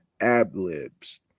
AbLibs